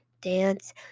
dance